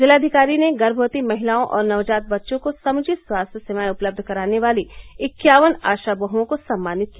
जिलाधिकारी ने गर्भवती महिलाओं और नवजात बच्चों को समुचित स्वास्थ्य सेवाएं उपलब्ध कराने वाली इक्यावन आशा बहुओं को सम्मानित किया